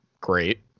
great